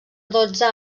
dotze